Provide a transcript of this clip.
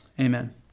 amen